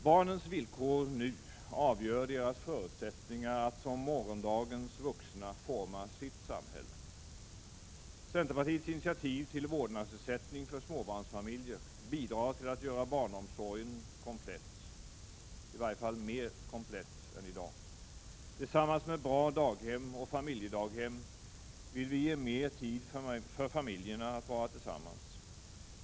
Barnens villkor nu avgör deras förutsättningar att som morgondagens vuxna forma sitt samhälle. Centerpartiets initiativ till vårdnadsersättning för småbarnsfamiljer bidrar till att göra barnomsorgen komplett, i varje fall mer komplett än i dag. Tillsammans med bra daghem och familjedaghem vill vi ge mer tid för familjerna att vara tillsammans.